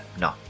no